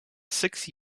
six